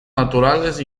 naturales